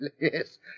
Yes